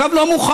הקו לא מוכן.